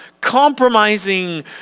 compromising